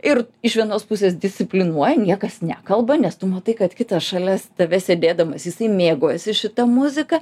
ir iš vienos pusės disciplinuoja niekas nekalba nes tu matai kad kitas šalis tavęs sėdėdamas jisai mėgaujasi šita muzika